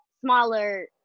smaller